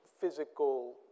physical